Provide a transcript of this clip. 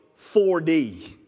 4D